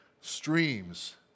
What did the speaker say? streams